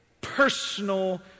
personal